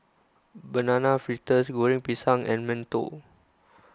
Banana Fritters Goreng Pisang and Mantou